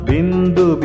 Bindu